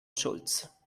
schulz